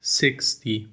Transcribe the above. sixty